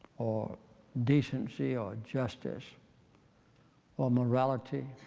or decency or justice or morality,